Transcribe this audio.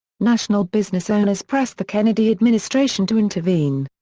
national business owners pressed the kennedy administration to intervene.